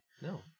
No